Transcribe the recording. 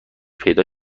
پیدا